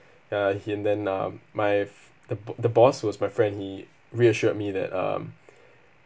uh he and then um my f~ the b~ the boss was my friend he reassured me that um